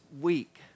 week